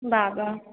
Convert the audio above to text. বাবা